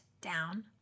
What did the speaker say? down